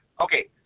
Okay